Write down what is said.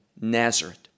Nazareth